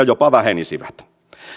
jopa vähenisivät